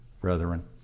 brethren